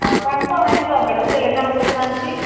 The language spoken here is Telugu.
కన్ఫార్మ్ అవుతుందా మ్యాడమ్ తెలంగాణకు వద్దామని